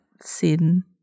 sin